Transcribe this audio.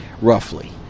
roughly